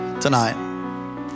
tonight